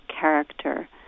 character